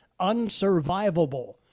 unsurvivable